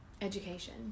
Education